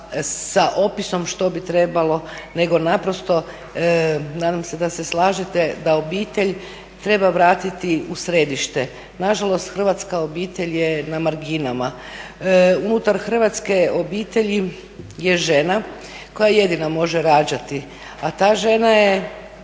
sa opisom što bi trebalo, nego naprosto nadam se da se slažete da obitelj treba vratiti u središte. Na žalost hrvatska obitelj je na marginama. Unutar hrvatske obitelji je žena koja jedina može rađati, a ta žena je